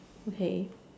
okay